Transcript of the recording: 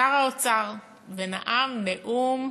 שר האוצר, ונאם נאום,